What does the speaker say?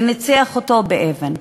וניצח אותו באבן,